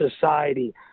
society